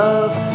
Love